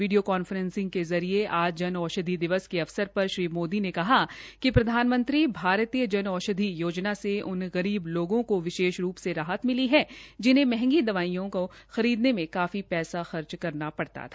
video conferencing के जरिये आज जन औषधि दिवस के अवसर पर श्री मोदी ने कहा कि प्रधानमंत्री भारतीय जन औषधि योजना से उन गरीब लोगों को विशेष रूप से राहत मिली है जिन्हे मंहगी दवाईयों को खरीदने में काफी पैसा खर्च करना पड़ता था